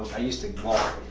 i used to walk,